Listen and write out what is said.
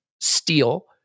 steel